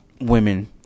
Women